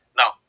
now